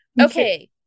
okay